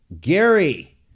Gary